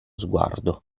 sguardo